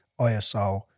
ISO